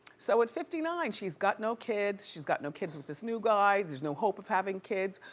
so at fifty nine, she's got no kids, she's got no kids with this new guy. there's no hope of having kids.